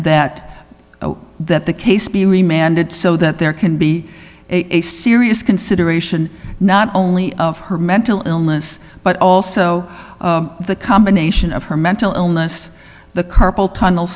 that that the case be remanded so that there can be a serious consideration not only of her mental illness but also the combination of her mental illness the carpal tunnel